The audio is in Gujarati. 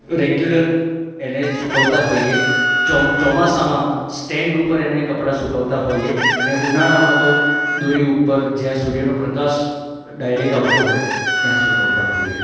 રેગ્યુલર એને સુકવતા હોઈએ ચોમ ચોમાસામાં સ્ટેન્ડ ઉપર એને કપડાં સુકવતાં હોઈએ અને ઉનાળામાં તો દોરી ઉપર જ્યાં સૂર્યનો પ્રકાશ ડાઇરેક આવતો હોય ત્યાં સુકવતા હોઈએ